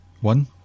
One